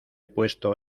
puesto